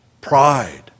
pride